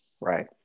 Right